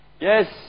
Yes